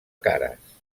cares